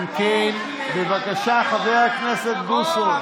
בבקשה, חבר הכנסת בוסו.